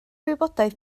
wybodaeth